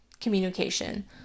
communication